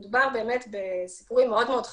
מדובר באמת בסיפורים מאוד-מאוד חריגים.